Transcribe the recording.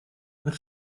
und